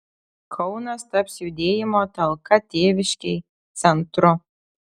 kaunas taps judėjimo talka tėviškei centru